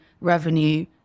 revenue